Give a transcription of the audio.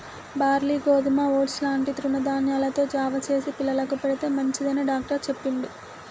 barley గోధుమ oats లాంటి తృణ ధాన్యాలతో జావ చేసి పిల్లలకు పెడితే మంచిది అని డాక్టర్ చెప్పిండు